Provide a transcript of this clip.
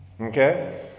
Okay